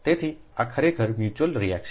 તેથી આ ખરેખર મ્યુચ્યુઅલ રીએક્શન છે